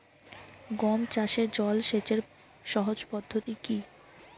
গম চাষে জল সেচের সহজ পদ্ধতি কি?